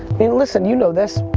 mean, listen, you know this.